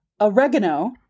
Oregano